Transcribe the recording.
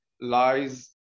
lies